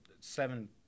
seven